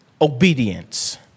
obedience